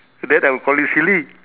that I will call you silly